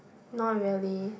not really